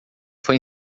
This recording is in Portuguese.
foi